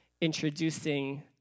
introducing